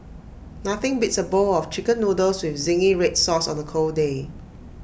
nothing beats A bowl of Chicken Noodles with Zingy Red Sauce on A cold day